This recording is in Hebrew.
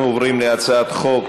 אנחנו עוברים להצעת חוק